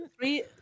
three